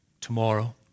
tomorrow